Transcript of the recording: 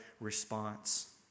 response